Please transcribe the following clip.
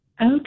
Okay